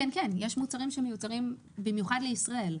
כן, יש מוצרים שמיוצרים במיוחד לישראל.